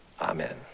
Amen